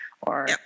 or-